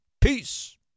Peace